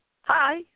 Hi